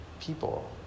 people